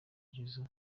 jizzo